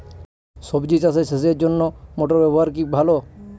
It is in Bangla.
সবজি চাষে সেচের জন্য মোটর ব্যবহার কি ভালো?